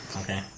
okay